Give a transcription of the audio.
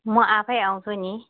म आफै आउँछु नि